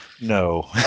No